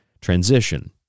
transition